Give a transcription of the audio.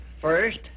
First